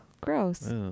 Gross